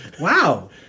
Wow